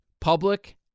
Public